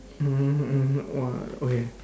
mmhmm mmhmm !wah! okay